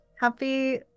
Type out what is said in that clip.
Happy